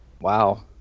Wow